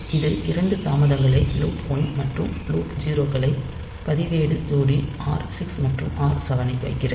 இது இரண்டு தாமதங்களை லூப் 1 மற்றும் லூப் 0 களை பதிவேடு ஜோடி r6 மற்றும் r7 ஐ வைக்கிறது